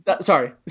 Sorry